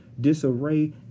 disarray